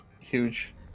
huge